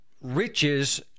riches